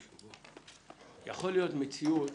יכולה להיות מציאות